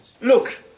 Look